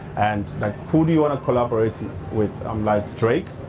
and like, who do you want to collaborate with? i'm like, drake.